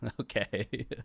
okay